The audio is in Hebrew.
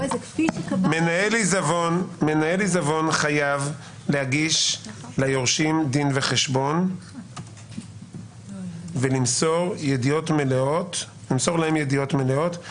"מנהל עיזבון חייב להגיש ליורשים דין וחשבון ולמסור להם ידיעות מלאות,